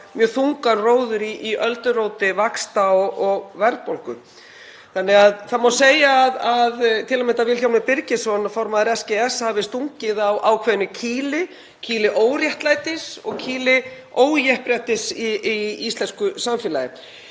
mjög þungan róður í ölduróti vaxta og verðbólgu. Það má segja að til að mynda Vilhjálmur Birgisson, formaður SGS, hafi stungið á ákveðnu kýli óréttlætis og ójafnréttis í íslensku samfélagi.